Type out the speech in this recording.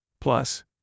Plus